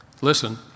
Listen